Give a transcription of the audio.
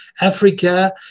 Africa